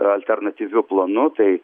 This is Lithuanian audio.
alternatyviu planu tai